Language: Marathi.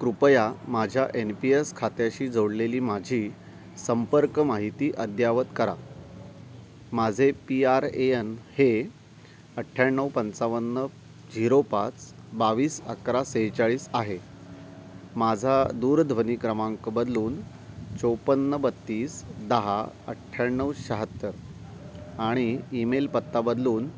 कृपया माझ्या एन पी एस खात्याशी जोडलेली माझी संपर्क माहिती अद्ययावत करा माझे पी आर ए एन हे अठ्याण्णव पंचावन्न झिरो पाच बावीस अकरा सेहेचाळीस आहे माझा दूरध्वनी क्रमांक बदलून चोपन्न बत्तीस दहा अठ्याण्णव शहात्तर आणि ईमेल पत्ता बदलून